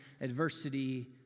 adversity